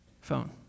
phone